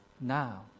Now